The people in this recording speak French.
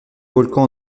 volcan